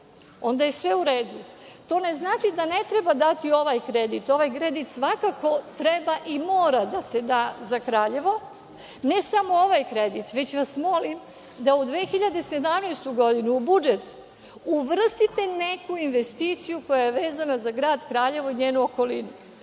onda je sve u redu. To ne znači da ne treba dati ovaj kredit. Ovaj kredit svakako treba i mora da se da za Kraljevo. Ne samo ovaj kredit, već vas molim da u 2017. godinu, u budžet, uvrstite neku investiciju koja je vezana za grad Kraljevo i njenu okolinu.